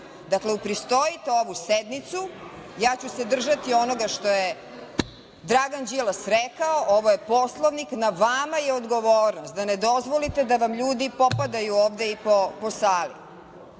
upristojite ovu sednicu. Ja ću se držati onoga što je Dragan Đilas rekao. Ovo je Poslovnik. Na vama je odgovornost da ne dozvolite da vam ljudi popadaju ovde po sali.